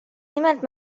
nimelt